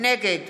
נגד